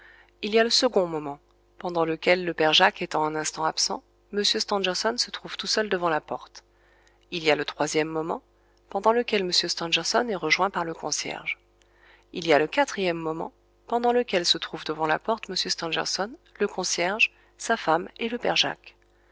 il y a le second moment pendant lequel le père jacques étant un instant absent m stangerson se trouve tout seul devant la porte il y a le troisième moment pendant lequel m stangerson est rejoint par le concierge il y a le quatrième moment pendant lequel se trouvent devant la porte m stangerson le concierge sa femme et le père jacques